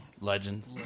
legend